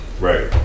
Right